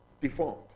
deformed